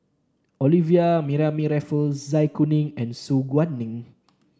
Olivia Mariamne Raffles Zai Kuning and Su Guaning